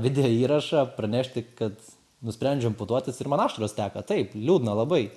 video įrašą pranešti kad nusprendžiau amputuotis ir man ašaros teka taip liūdna labai